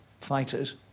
fighters